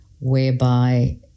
whereby